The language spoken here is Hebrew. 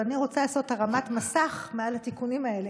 ואני רוצה לעשות הרמת מסך מעל התיקונים האלה,